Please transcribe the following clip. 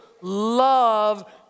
love